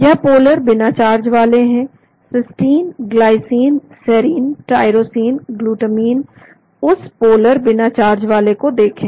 यह पोलर बिना चार्ज वाले हैं cysteine glycine serine tyrosine glutamine उस पोलर बिना चार्ज वाले को देखें